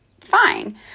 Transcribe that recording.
fine